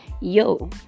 yo